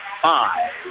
five